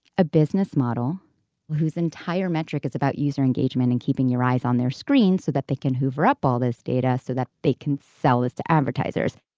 a business model whose entire metric is about user engagement and keeping your eyes on their screens so that they can hoover up all this data so that they can sell it to advertisers